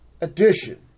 edition